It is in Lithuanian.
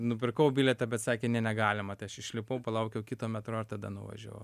nupirkau bilietą bet sakė ne negalima tai aš išlipau palaukiau kito metro ir tada nuvažiavau